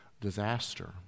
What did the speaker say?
disaster